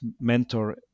mentor